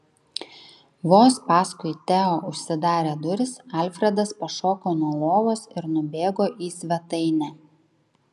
vos paskui teo užsidarė durys alfredas pašoko nuo lovos ir nubėgo į svetainę